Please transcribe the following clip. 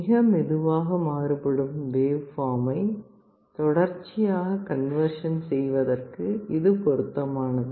மிக மெதுவாக மாறுபடும் வேவ்பார்மை தொடர்ச்சியாக கன்வர்ஷன் செய்வதற்கு இது பொருத்தமானது